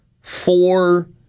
four